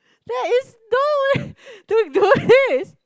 there is no way to do this